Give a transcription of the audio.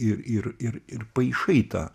ir ir ir ir paišai tą